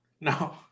No